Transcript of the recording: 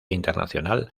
internacional